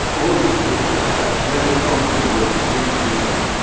always looked at very strong symbols, for instance